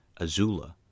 Azula